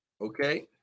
Okay